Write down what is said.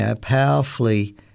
powerfully